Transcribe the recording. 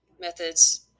Methods